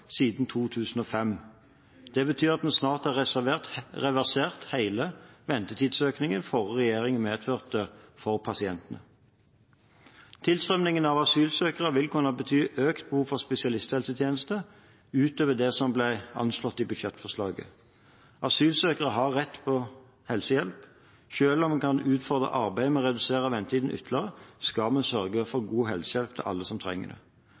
siden 2005. Det betyr at vi snart har reversert hele ventetidsøkningen forrige regjering medførte for pasientene. Tilstrømningen av asylsøkere vil kunne bety økt behov for spesialisthelsetjenester, utover det som ble anslått i budsjettforslaget. Asylsøkere har rett på helsehjelp. Selv om det kan utfordre arbeidet med å redusere ventetidene ytterligere, skal vi sørge for god helsehjelp til alle som trenger det.